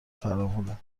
فراوونه